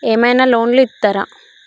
ఏమైనా లోన్లు ఇత్తరా?